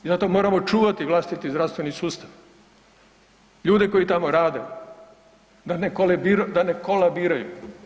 I zato moramo čuvati vlastiti zdravstveni sustav, ljude koji tamo rade da ne kolabiraju.